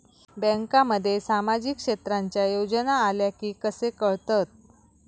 बँकांमध्ये सामाजिक क्षेत्रांच्या योजना आल्या की कसे कळतत?